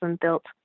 built